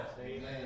Amen